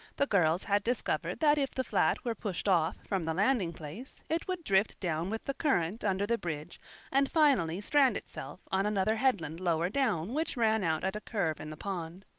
the girls had discovered that if the flat were pushed off from the landing place it would drift down with the current under the bridge and finally strand itself on another headland lower down which ran out at a curve in the pond.